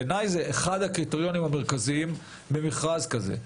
בעיני זה אחד הקריטריונים המרכזיים במכרז מסוג זה.